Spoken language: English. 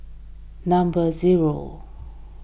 number zero